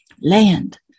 land